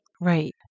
right